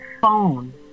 phone